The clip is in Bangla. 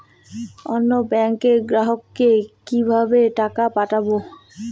অন্য ব্যাংকের গ্রাহককে কিভাবে টাকা পাঠাবো?